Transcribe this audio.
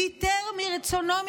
ויתר מרצונו,